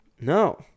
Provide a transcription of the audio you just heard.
No